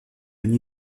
nid